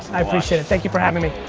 i appreciate it, thank you for having me.